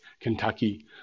Kentucky